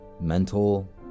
mental